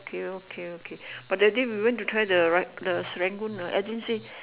okay okay okay but that day we went to try the rice the Serangoon ah I didn't say